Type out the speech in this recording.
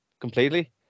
completely